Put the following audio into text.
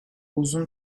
uzun